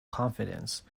confidence